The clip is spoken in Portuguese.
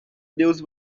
deus